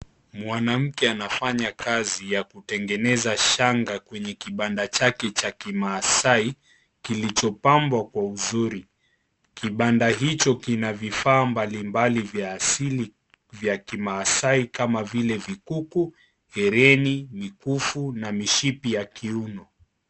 Mwanamke anafanya kazi ya kutengeneza shanga kwenye kibanda chake cha Kimasaai, kilichopambwa kwa uzuri. Kibanda hicho, kina vifaa mbalimbali vya asili vya Kimasaai kama vile, vikuku, hereni, mikufu na mishipi ya kiuno.